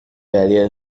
barrier